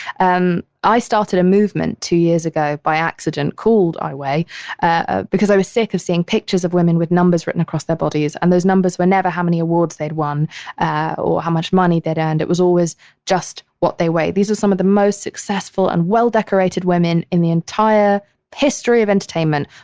and i started a movement two years ago by accident called i weigh ah because i was sick of seeing pictures of women with numbers written across their bodies, and those numbers were never how many awards they'd won or how much money that earned. it was always just what they weighed. these are some of the most successful and well-decorated women in the entire history of entertainment,